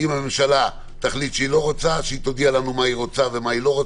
אם הממשלה תחליט שהיא לא רוצה - שתודיע לנו מה היא רוצה ומה לא.